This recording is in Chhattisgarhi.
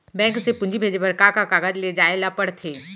बैंक से पूंजी भेजे बर का का कागज ले जाये ल पड़थे?